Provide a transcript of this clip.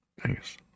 Thanks